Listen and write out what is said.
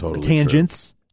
tangents